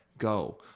go